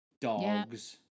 dogs